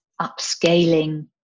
upscaling